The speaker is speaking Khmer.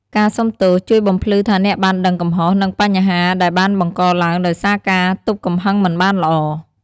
ការសុំទោសជួយបំភ្លឺថាអ្នកបានដឹងកំហុស និងបញ្ហាដែលបានបង្កឡើយដោយសារការទប់កំហឹងមិនបានល្អ។